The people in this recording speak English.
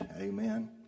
Amen